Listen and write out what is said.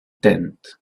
tent